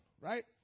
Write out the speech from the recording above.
right